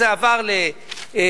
זה עבר לארגון,